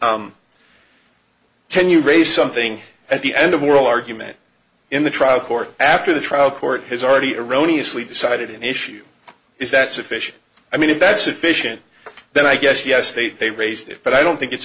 can you raise something at the end of oral argument in the trial court after the trial court has already erroneous leave decided an issue is that sufficient i mean if that's sufficient then i guess yes they they raised it but i don't think it's